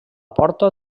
porta